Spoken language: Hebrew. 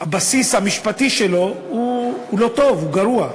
הבסיס המשפטי שלו לא טוב, הוא גרוע.